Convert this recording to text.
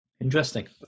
Interesting